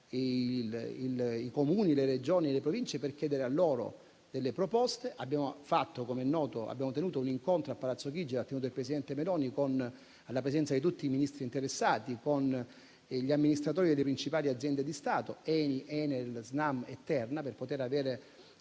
i Comuni, le Regioni e le Province per chiedere loro di avanzare proposte. Abbiamo ottenuto un incontro a Palazzo Chigi - lo ha ottenuto il presidente Meloni - alla presenza di tutti i Ministri interessati con gli amministratori delle principali aziende di Stato (ENI, Enel, Snam e Terna) per poter avere